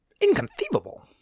Inconceivable